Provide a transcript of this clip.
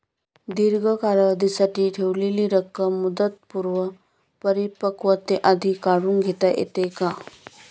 दीर्घ कालावधीसाठी ठेवलेली रक्कम मुदतपूर्व परिपक्वतेआधी काढून घेता येते का?